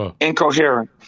incoherent